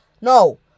No